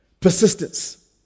Persistence